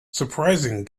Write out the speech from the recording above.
surprising